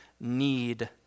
need